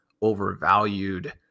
overvalued